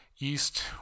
East